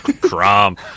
crom